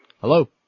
Hello